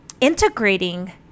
integrating